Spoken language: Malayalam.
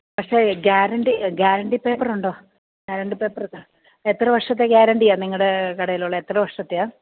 പക്ഷെ ഗ്യാരണ്ടി ഗ്യാരണ്ടി പേപ്പറുണ്ടോ ഗ്യാരണ്ടി പേപ്പര് എത്ര വർഷത്തെ ഗ്യാരണ്ടിയാ നിങ്ങളുടെ കടയിലുള്ളത് എത്ര വർഷത്തെയാണ്